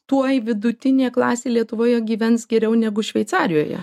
tuoj vidutinė klasė lietuvoje gyvens geriau negu šveicarijoje